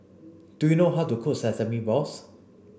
do you know how to cook sesame balls